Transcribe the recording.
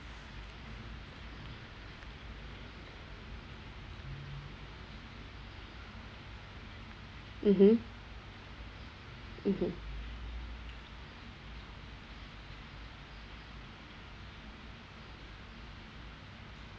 mmhmm mmhmm